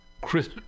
Chris